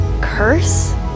curse